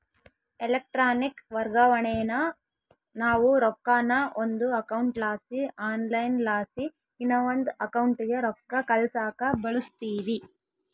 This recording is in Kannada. ಎಲೆಕ್ಟ್ರಾನಿಕ್ ವರ್ಗಾವಣೇನಾ ನಾವು ರೊಕ್ಕಾನ ಒಂದು ಅಕೌಂಟ್ಲಾಸಿ ಆನ್ಲೈನ್ಲಾಸಿ ಇನವಂದ್ ಅಕೌಂಟಿಗೆ ರೊಕ್ಕ ಕಳ್ಸಾಕ ಬಳುಸ್ತೀವಿ